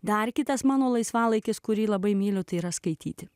dar kitas mano laisvalaikis kurį labai myliu tai yra skaityti